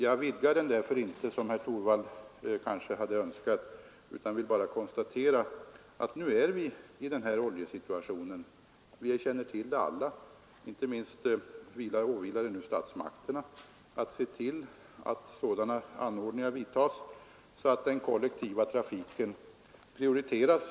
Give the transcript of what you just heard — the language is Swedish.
Jag vidgar därför inte diskussionen, som herr Torwald kanske hade önskat, utan vill bara konstatera att vi nu har en speciell situation i vad avser oljeförsörjningen, som alla känner till. Inte minst åvilar det nu statsmakterna att se till att sådana anordningar vidtas att den kollektiva trafiken prioriteras.